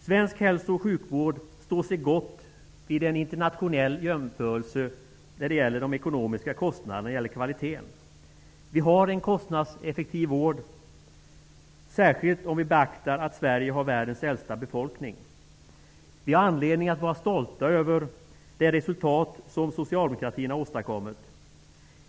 Svensk hälso och sjukvård står sig gott vid en internationell jämförelse när det gäller ekonomi och kvalitet. Vi har en kostnadseffektiv vård, särskilt om vi beaktar att Sverige har världens äldsta befolkning. Vi har anledning att vara stolta över det resultat som socialdemokratin har åstadkommit.